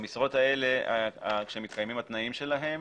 במשרות האלה, כשמתקיימים התנאים שלהן,